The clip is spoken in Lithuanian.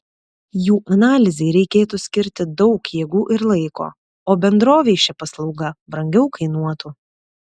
jų analizei reikėtų skirti daug jėgų ir laiko o bendrovei ši paslauga brangiau kainuotų